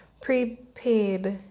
prepaid